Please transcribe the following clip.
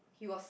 he was